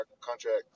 contract